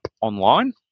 online